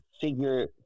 figure